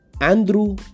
Andrew